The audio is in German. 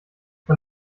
von